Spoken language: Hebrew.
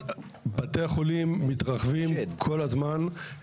אז בתי החולים מתרחבים כל הזמן.